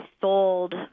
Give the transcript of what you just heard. sold